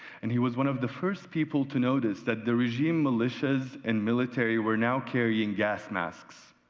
and he was one of the first people to notice that the regime malaysias and military were now carrying gas masks.